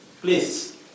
please